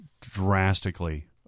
drastically